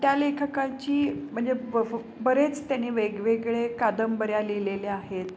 त्या लेखकाची म्हणजे ब बरेच त्यांनी वेगवेगळे कादंबऱ्या लिहिलेल्या आहेत